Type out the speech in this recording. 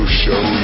show